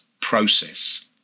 process